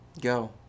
Go